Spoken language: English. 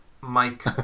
Mike